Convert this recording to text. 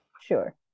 sure